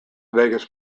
vegas